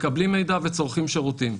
מקבלים מידע וצורכים שירותים.